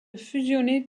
fusionner